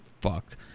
fucked